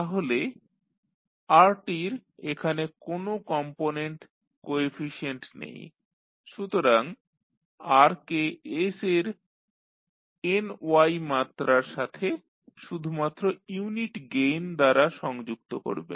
তাহলে rt র এখানে কোনো কম্পোনেন্ট কোএফিশিয়েন্ট নেই সুতরাং r কে s এর ny মাত্রার সাথে শুধুমাত্র ইউনিট গেইন দ্বারা সংযুক্ত করবেন